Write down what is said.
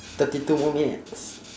thirty two more minutes